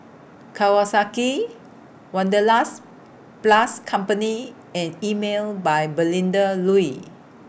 Kawasaki Wanderlust Plus Company and Emel By Melinda Looi